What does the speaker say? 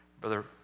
Brother